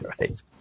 right